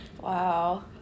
Wow